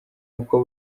uko